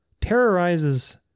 terrorizes